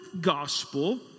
gospel